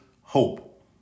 hope